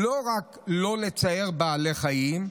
לא רק לא לצער בעלי חיים,